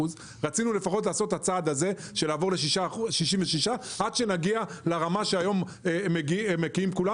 רצינו לעשות לפחות את הצעד הזה עד שנגיע לרמה אליה מגיעים כולם,